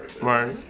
right